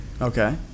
Okay